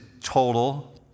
total